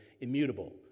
immutable